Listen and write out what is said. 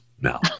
now